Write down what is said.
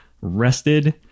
rested